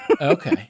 Okay